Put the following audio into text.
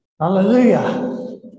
Hallelujah